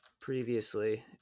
previously